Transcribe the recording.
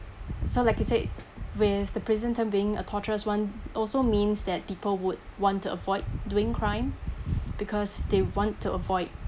so like you said with the prison term being a torturous [one] also means that people would want to avoid doing crime because they want to avoid